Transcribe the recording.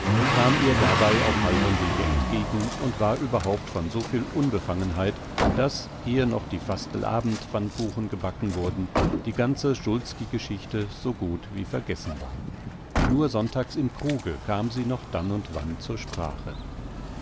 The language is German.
kam ihr dabei auf halbem wege entgegen und war überhaupt von so viel unbefangenheit daß ehe noch die fastelabend pfannkuchen gebacken wurden die ganze szulski geschichte so gut wie vergessen war nur sonntags im kruge kam sie noch dann und wann zur sprache